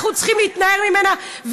אנחנו צריכים להתנער ממנה,